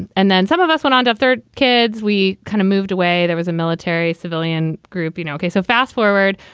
and and then some of us went on to have their kids. we kind of moved away. there was a military civilian group, you know. ok, so fast forward.